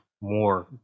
more